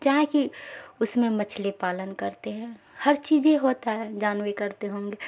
کیا ہے کہ اس میں مچھلی پالن کرتے ہیں ہر چیز ہی ہوتا ہے جانوے کرتے ہوں گے